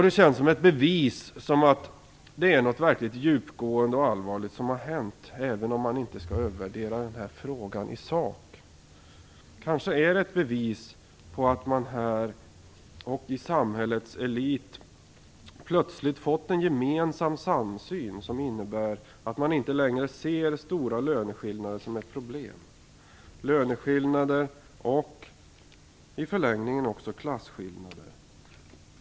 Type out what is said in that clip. Det känns som ett bevis på att något verkligt djupgående och allvarligt har hänt, även om man inte i sak skall övervärdera den här frågan. Kanske är det ett bevis på att man här och bland samhällets elit har fått en gemensam samsyn som innebär att man inte längre ser stora löneskillnader som ett problem - löneskillnader och i förlängningen också klasskillnader.